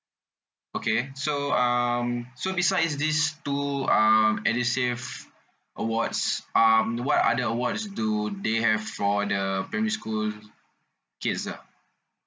okay so um so besides these two um edusave awards um what other awards do they have for the primary school kids ah